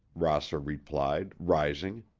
rosser replied, rising.